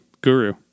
guru